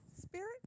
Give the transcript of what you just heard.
spirit